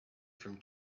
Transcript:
from